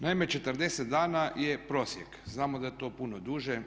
Naime, 40 dana je prosjek, znamo da je to puno duže.